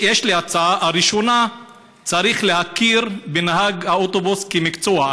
יש לי הצעה: 1. צריך להכיר בנהג האוטובוס כמקצוע.